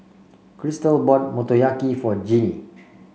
Cristal bought Motoyaki for Jeannie